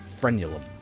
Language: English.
frenulum